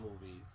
movies